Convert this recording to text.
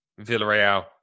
Villarreal